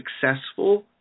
successful